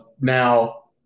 now